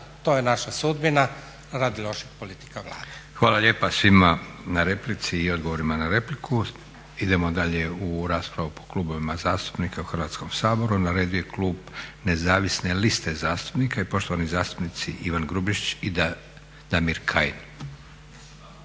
to je naša sudbina radi loših politika Vlade. **Leko, Josip (SDP)** Hvala lijepa svima na replici i odgovorima a repliku. Idemo dalje u raspravu po klubovima zastupnika u Hrvatskom saboru. Na redu je klub Nezavisne liste zastupnika i poštovani zastupnici Ivan Grubišić i Damir Kajin.